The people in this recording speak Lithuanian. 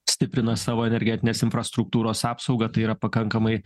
stiprina savo energetinės infrastruktūros apsaugą tai yra pakankamai